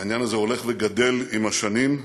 העניין הזה הולך וגדל עם השנים.